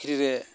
ᱯᱩᱠᱷᱨᱤ ᱨᱮ